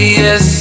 yes